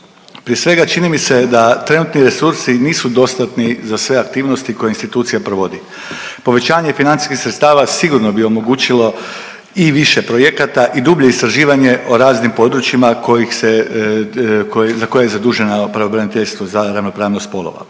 Prije svega čini mi se da trenutni resursi nisu dostatni za sve aktivnosti koje institucija provodi. Povećanje financijskih sredstava sigurno bi omogućilo i više projekata i dublje istraživanje o raznim područjima za koje je zaduženo pravobraniteljstvo za ravnopravnost spolova.